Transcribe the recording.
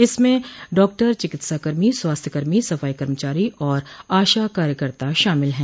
इनमें डॉक्टर चिकित्साकर्मी स्वास्थ्यकर्मी सफाई कर्मचारी और आशा कार्यकर्ता शामिल है